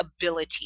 ability